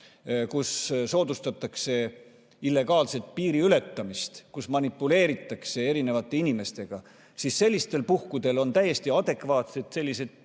kus soodustatakse illegaalset piiriületamist, kus manipuleeritakse erinevate inimestega – sellistel puhkudel on täiesti adekvaatsed sellised piiritõkked,